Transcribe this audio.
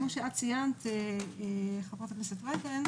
כמו שציינת, היושבת-ראש,